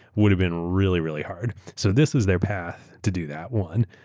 would have been really really hard. so this is their path to do that one.